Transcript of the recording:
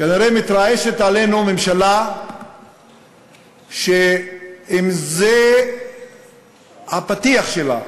כנראה מתרגשת עלינו ממשלה שאם זה הפתיח שלה